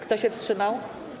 Kto się wstrzymał?